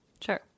Sure